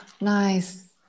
nice